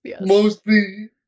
Mostly